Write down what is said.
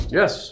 yes